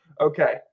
Okay